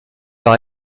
par